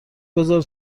بزار